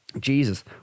Jesus